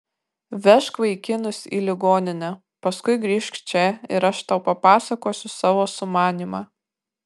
vežk vaikinus į ligoninę paskui grįžk čia ir aš tau papasakosiu savo sumanymą